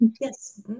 Yes